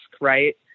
right